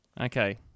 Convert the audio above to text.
Okay